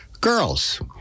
girls